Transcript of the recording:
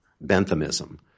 benthamism